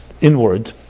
inward